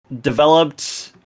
Developed